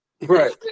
Right